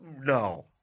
No